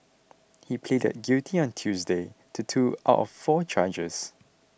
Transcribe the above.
he pleaded guilty on Tuesday to two out of four charges